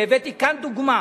והבאתי כאן דוגמה